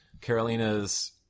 Carolina's